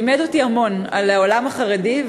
לימד אותי המון על העולם החרדי,